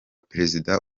perezida